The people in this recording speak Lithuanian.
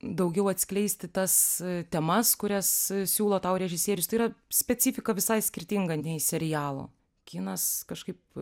daugiau atskleisti tas temas kurias siūlo tau režisierius tai yra specifika visai skirtinga nei serialo kinas kažkaip